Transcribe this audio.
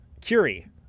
Curie